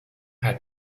had